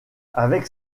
avec